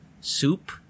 soup